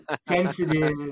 Sensitive